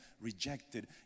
rejected